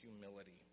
humility